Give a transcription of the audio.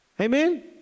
Amen